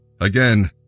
Again